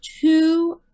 two